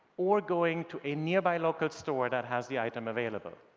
or going to a nearby local store that has the item available.